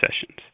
sessions